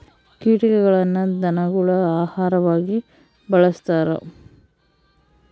ಕೀಟಗಳನ್ನ ಧನಗುಳ ಆಹಾರವಾಗಿ ಬಳಸ್ತಾರ